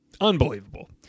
Unbelievable